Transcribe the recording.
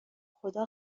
خدا